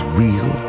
real